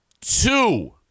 two